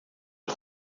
een